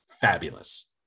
fabulous